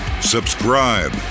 subscribe